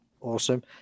awesome